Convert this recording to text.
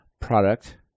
product